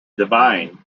divine